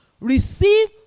receive